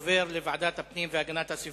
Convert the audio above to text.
הצעת החוק עוברת לוועדת הפנים והגנת הסביבה.